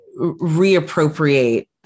reappropriate